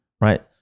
right